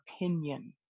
opinion